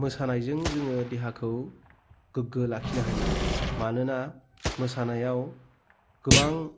मोसानायजों जोंङो देहाखौ गोग्गो लाखिनो हायो मानोना मोसानायाव गोबां